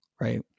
Right